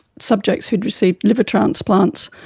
subjects who had received liver transplants,